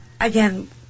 again